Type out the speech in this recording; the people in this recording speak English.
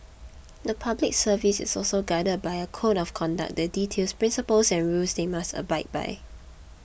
the Public Service is also guided by a code of conduct that details principles and rules they must abide by